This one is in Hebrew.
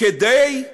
כדי,